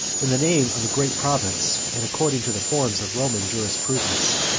in the name of a great province, and according to the forms of roman jurisprudence,